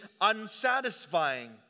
unsatisfying